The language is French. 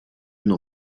n’en